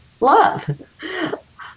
love